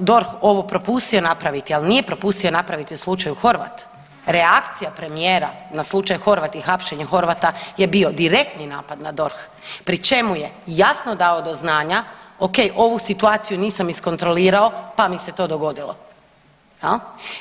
DORH ovo propustio napraviti, al nije propustio napraviti u slučaju Horvat, reakcija premijera na slučaj Horvat i hapšenje Horvata je bio direktni napad na DORH pri čemu je jasno dao do znanja, ok ovu situaciju nisam iskontrolirao pa mi se to dogodilo jel.